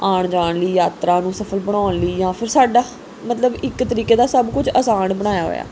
ਆਉਣ ਜਾਣ ਲਈ ਯਾਤਰਾ ਨੂੰ ਸਫਲ ਬਣਾਉਣ ਲਈ ਜਾਂ ਫਿਰ ਸਾਡਾ ਮਤਲਬ ਇੱਕ ਤਰੀਕੇ ਦਾ ਸਭ ਕੁਝ ਅਸਾਨ ਬਣਾਇਆ ਹੋਇਆ